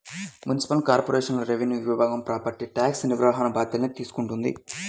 municipal కార్పొరేషన్లోని revenue విభాగం property tax నిర్వహణ బాధ్యతల్ని తీసుకుంటది